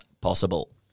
possible